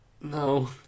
No